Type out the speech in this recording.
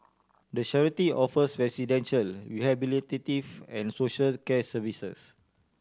the charity offers residential rehabilitative and socials care services